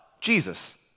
Jesus